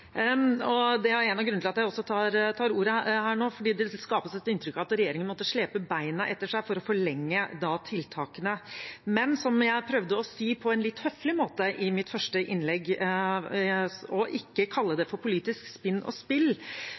Det er også en av grunnene til at jeg tar ordet her nå, for det skapes et inntrykk av at regjeringen måtte slepe beina etter seg for å forlenge tiltakene. Som jeg prøvde å si på en litt høflig måte i mitt første innlegg, og ikke kalle det for politisk spinn og spill,